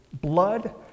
blood